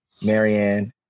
Marianne